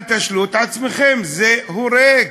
אל תשלו את עצמכם, זה הורג.